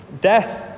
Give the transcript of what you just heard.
Death